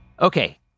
Okay